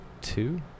two